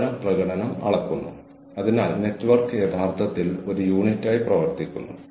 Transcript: ഒപ്പം അതൊരു ടീം ഫലമായും ഒടുവിൽ ഒരു ഓർഗനൈസേഷണൽ ഫലമായും മാറുന്നു